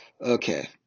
Okay